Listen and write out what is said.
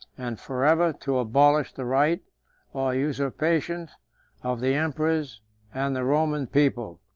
and forever to abolish the right or usurpation of the emperors and the roman people.